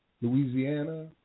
Louisiana